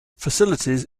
facilities